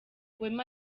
wema